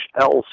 else